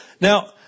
Now